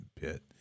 pit